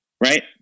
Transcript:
right